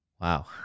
Wow